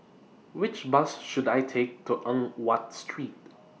Which Bus should I Take to Eng Watt Street